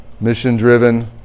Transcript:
mission-driven